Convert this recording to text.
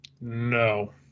No